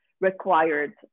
required